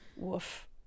Woof